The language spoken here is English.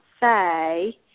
say